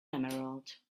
emerald